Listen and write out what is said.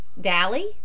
dally